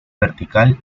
vertical